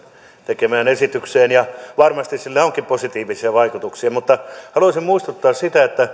tekemään esitykseen ja varmasti sillä onkin positiivisia vaikutuksia mutta haluaisin muistuttaa siitä